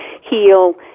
heal